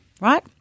right